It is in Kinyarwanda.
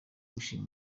gushima